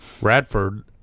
Radford